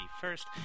first